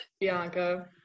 Bianca